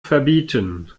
verbieten